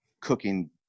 cooking